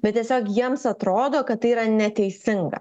bet tiesiog jiems atrodo kad tai yra neteisinga